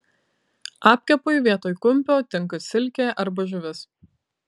apkepui vietoj kumpio tinka silkė arba žuvis